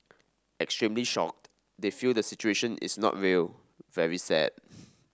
extremely shocked they feel the situation is not real very sad